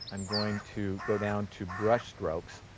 i'm going to go down to brush strokes.